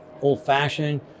old-fashioned